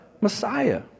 Messiah